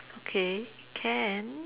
okay can